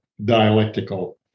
dialectical